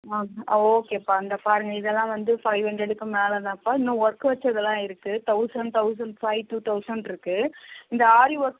ஆ ஓகேப்பா இந்த பாருங்க இதெல்லாம் வந்து ஃபைவ் ஹண்ட்ரடுக்கு மேலதான்ப்பா இன்னும் ஒர்க் வச்சதெல்லாம் இருக்குது தௌசண்ட் தௌசண்ட் ஃபைவ் டூ தௌசண்ட்ருக்கு இந்த ஆரி ஒர்க்